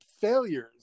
failures